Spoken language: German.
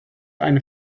eine